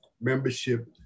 membership